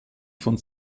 von